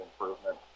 improvement